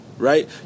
Right